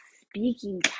Speaking